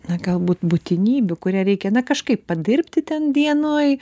na galbūt būtinybių kurią reikia na kažkaip padirbti ten dienoj